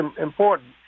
important